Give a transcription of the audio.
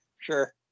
sure